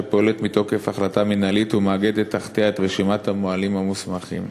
שפועלת מתוקף החלטה מינהלית ומאגדת תחתיה את רשימת המוהלים המוסמכים.